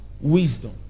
wisdom